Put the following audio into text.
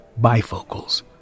bifocals